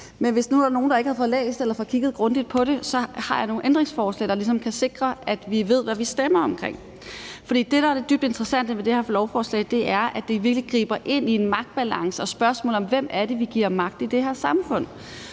Men hvis der nu er nogen, der ikke har fået læst det eller ikke har fået kigget grundigt på det, vil jeg sige, at jeg har stillet nogle ændringsforslag, der ligesom kan sikre, at vi ved, hvad vi stemmer om. For det, der er det dybt interessante ved det her lovforslag, er, at det virkelig griber ind i en magtbalance i forhold til spørgsmålet om, hvem det er, vi giver magt til i det her samfund.